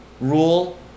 rule